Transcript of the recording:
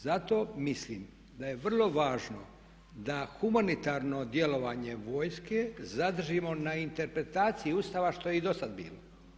Zato mislim da je vrlo važno da humanitarno djelovanje vojske zadržimo na interpretaciji Ustava što je i do sad bilo.